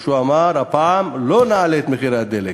הוא אמר: הפעם לא נעלה את מחירי הדלק,